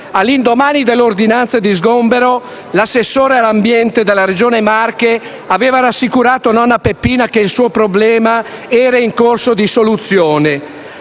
All'indomani dell'ordinanza di sgombero, l'assessore all'ambiente della Regione Marche aveva rassicurato nonna Peppina che il suo problema era in corso di soluzione,